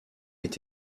est